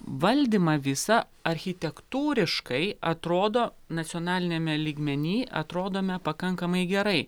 valdymą visą architektūriškai atrodo nacionaliniame lygmeny atrodome pakankamai gerai